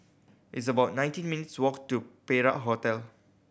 it's about nineteen minutes' walk to Perak Hotel